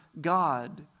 God